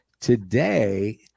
today